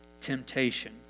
temptation